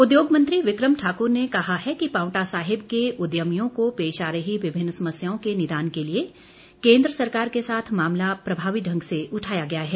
विक्रम सिंह उद्योग मंत्री विक्रम ठाकुर ने कहा है कि पावंटा साहिब के उद्यमियों को पेश आ रही विभिन्न समस्याओं के निदान के लिए केंद्र सरकार के साथ मामला प्रभावी ढंग से उठाया गया है